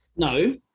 No